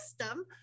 system